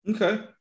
Okay